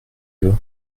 veut